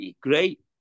Great